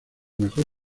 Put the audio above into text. mejor